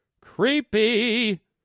Creepy